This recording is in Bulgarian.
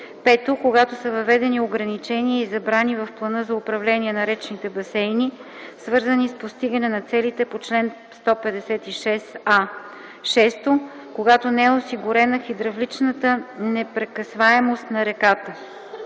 5. когато са въведени ограничения и забрани в плана за управление на речните басейни, свързани с постигане на целите по чл. 156а; 6. когато не е осигурена хидравличната непрекъсваемост на реката.”